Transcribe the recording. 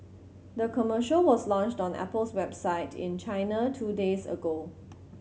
the commercial was launched on Apple's website in China two days ago